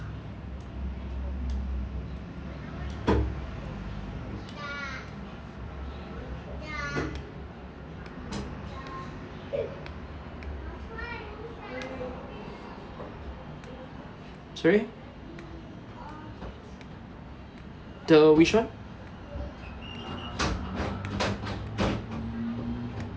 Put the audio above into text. sorry the which one